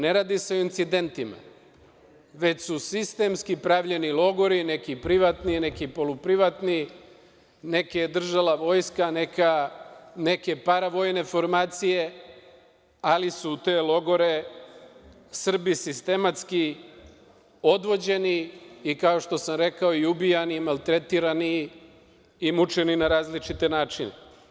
Ne radi se o incidentima, već su sistemski pravljeni logori, neki privatni, neki poluprivatni, neke je držala vojska, neke paravojne formacije, ali su u te logore Srbi sistematski odvođeni i, kao što sam rekao, ubijani, maltretirani i mučeni na različite načine.